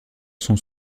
sont